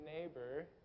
neighbor